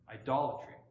Idolatry